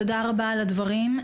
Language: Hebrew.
תודה רבה על הדברים.